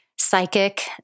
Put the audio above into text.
psychic